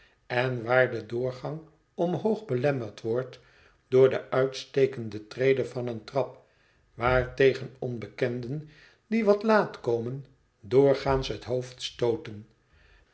en waar de doorgang omhoog belemmerd wordt door de uitstekende trede van eene trap waartegen onbekenden die wat laat komen doorgaans het hoofd stooten